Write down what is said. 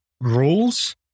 rules